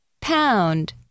pound